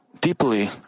deeply